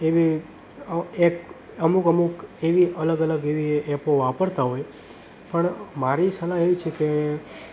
એવી ઍપ અમુક અમુક એવી અલગ અલગ એવી એપો વાપરતા હોય પણ મારી સલાહ એવી છે કે